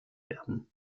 werden